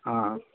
ಹಾಂ